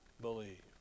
believe